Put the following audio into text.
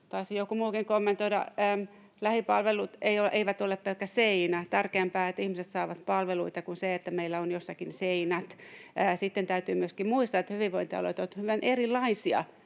taisi joku muukin kommentoida. Lähipalvelut eivät ole pelkkä seinä. Tärkeämpää, että ihmiset saavat palveluita kuin se, että meillä on jossakin seinät. Sitten täytyy myöskin muistaa, että hyvinvointialueet ovat hyvin erilaisia